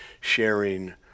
sharing